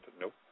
Nope